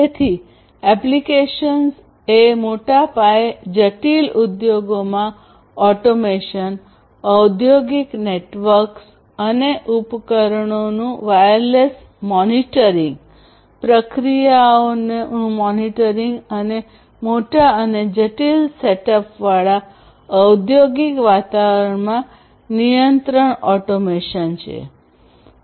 તેથી એપ્લિકેશન્સ એ મોટા પાયે જટિલ ઉદ્યોગોમાં ઓટોમેશન ઔદ્યોગિક નેટવર્ક્સ અને ઉપકરણોનું વાયરલેસ મોનિટરિંગ પ્રક્રિયાઓનું મોનિટરિંગ અને મોટા અને જટિલ સેટઅપવાળા ઔદ્યોગિક વાતાવરણમાં નિયંત્રણ ઓટોમેશન છે